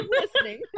listening